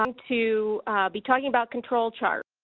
um to be talking about control charts.